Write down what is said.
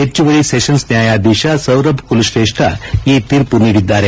ಹೆಚ್ಚುವರಿ ಸೆಷನ್ಸ್ ನ್ಯಾಯಾಧೀಶ Saurabh Kulshreshtha ತೀರ್ಮ ನೀಡಿದ್ದಾರೆ